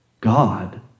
God